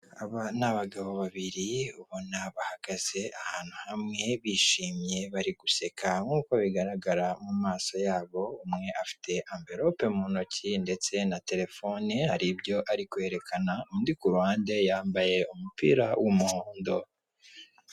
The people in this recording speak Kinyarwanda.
Aba ni abagabo babiri ubona bahagaze ahantu hamwe, bishimye bari guseka nk'uko bigaragara mu maso ya bo, umwe afite amvelope mu ntoki ndetse na telefone, hari ibyo ari kwerekana, undi kuruhande yambaye umupira w'umuhondo.